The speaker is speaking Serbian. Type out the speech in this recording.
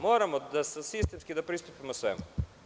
Moramo sistemski da pristupimo svemu.